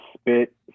spit